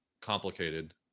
complicated